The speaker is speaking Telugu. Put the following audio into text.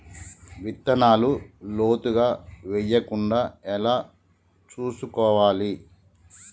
విత్తనాలు లోతుగా వెయ్యకుండా ఎలా చూసుకోవాలి?